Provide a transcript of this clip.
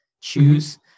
choose